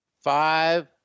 Five